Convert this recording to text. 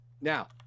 now